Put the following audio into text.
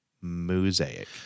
Mosaic